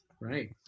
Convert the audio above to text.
right